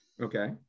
okay